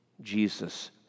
Jesus